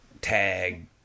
tag